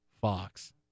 Fox